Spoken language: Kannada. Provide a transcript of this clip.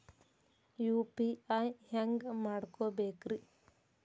ಯು.ಪಿ.ಐ ಹ್ಯಾಂಗ ಮಾಡ್ಕೊಬೇಕ್ರಿ?